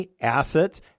assets